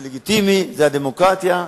זה לגיטימי, זה הדמוקרטיה,